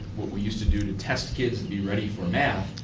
what we used to do to test kids to be ready for math,